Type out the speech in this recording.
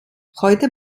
heute